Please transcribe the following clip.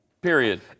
Period